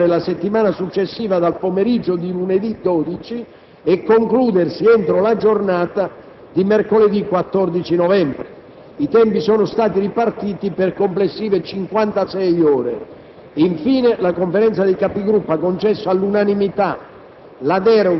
per riprendere la settimana successiva dal pomeriggio di lunedì 12 e concludersi entro la giornata di mercoledì 14 novembre. I tempi sono stati ripartiti per complessive cinquantasei ore. Infine, la Conferenza dei Capigruppo ha concesso all'unanimità